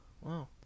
Wow